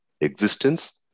existence